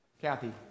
Kathy